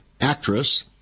actress